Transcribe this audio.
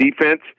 defense